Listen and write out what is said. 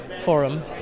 forum